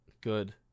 good